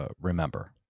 remember